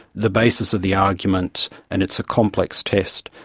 the basis of the argument, and it's a complex test,